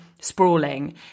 sprawling